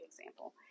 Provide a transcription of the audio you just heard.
example